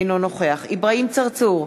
אינו נוכח אברהים צרצור,